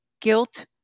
guilt